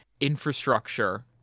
infrastructure